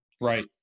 Right